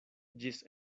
ĝis